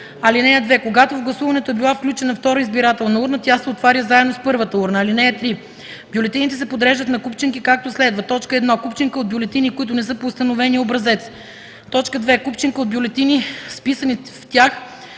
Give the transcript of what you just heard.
броят. (2) Когато в гласуването е била включена втора избирателна урна, тя се отваря заедно с първата урна. (3) Бюлетините се подреждат на купчинки, както следва: 1. купчинка от бюлетини, които не са по установения образец; 2. купчинка от бюлетини с вписани в тях